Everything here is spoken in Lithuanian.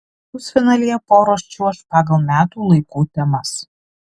pusfinalyje poros čiuoš pagal metų laikų temas